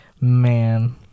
Man